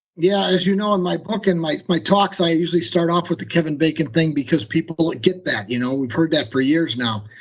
yeah. as you know in my book and my my talks i usually start off with the kevin bacon thing because people get that. you know we've heard that for years now.